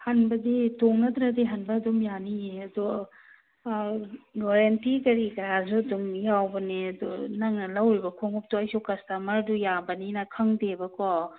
ꯍꯟꯕꯗꯤ ꯇꯣꯡꯅꯗ꯭ꯔꯗꯤ ꯍꯟꯕ ꯑꯗꯨꯝ ꯌꯥꯅꯤꯌꯦ ꯑꯗꯣ ꯋꯥꯔꯦꯟꯇꯤ ꯀꯔꯤ ꯀꯔꯥꯁꯨ ꯑꯗꯨꯝ ꯌꯥꯎꯕꯅꯦ ꯑꯗꯨ ꯅꯪꯅ ꯂꯧꯔꯤꯕ ꯈꯣꯡꯎꯞꯇꯣ ꯑꯩꯁꯨ ꯀꯁꯇꯃꯔꯗꯨ ꯌꯥꯝꯕꯅꯤꯅ ꯈꯪꯗꯦꯕꯀꯣ